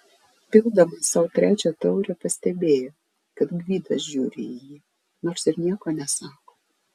pildamas sau trečią taurę pastebėjo kad gvidas žiūri į jį nors ir nieko nesako